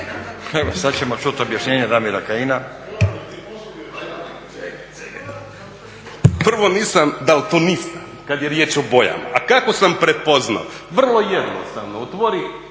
Sad ćemo čuti objašnjenje Damira Kajina. **Kajin, Damir (ID - DI)** Prvo nisam daltonista kad je riječ o bojama. A kako sam prepoznao? Vrlo jednostavno. Otvori